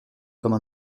comme